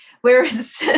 Whereas